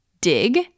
dig